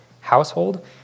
household